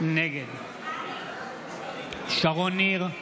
נגד שרון ניר,